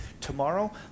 Tomorrow